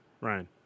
Ryan